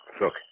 Look